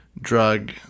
drug